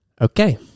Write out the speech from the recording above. Okay